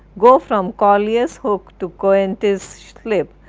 go from corlears hook to coenties slip,